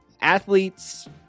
athletes